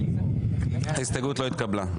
ההסתייגות לא התקבלה.